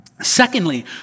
Secondly